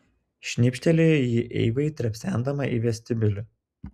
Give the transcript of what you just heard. šnipštelėjo ji eivai trepsendama į vestibiulį